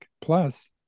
Plus